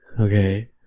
Okay